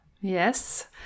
Yes